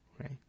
right